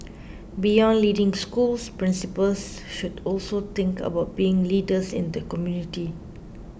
beyond leading schools principals should also think about being leaders in the community